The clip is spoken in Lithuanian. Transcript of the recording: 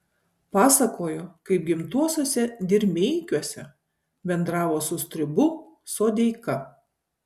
pasakojo kaip gimtuosiuose dirmeikiuose bendravo su stribu sodeika